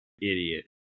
idiot